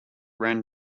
ran